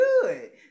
good